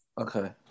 Okay